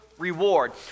reward